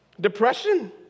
Depression